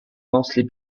mostly